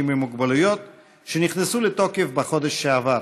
עם מוגבלויות שנכנסו לתוקף בחודש שעבר.